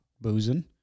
boozing